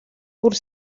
бүр